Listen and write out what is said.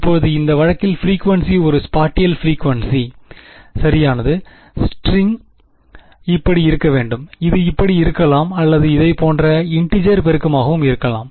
இப்போது இந்த வழக்கில் பிரிகுவேன்சி ஒரு ஸ்பாட்டியல் பிரிகுவேன்சி சரியானது ஸ்ட்ரிங் இப்படி இருக்க முடியும் இது இப்படி இருக்கலாம் அல்லது இதை போன்ற இன்டிஜெர் பெருக்கமாக இருக்கலாம்